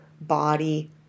body